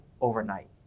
overnight